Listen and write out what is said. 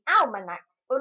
almanac's